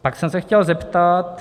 Pak jsem se chtěl zeptat...